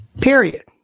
Period